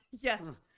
Yes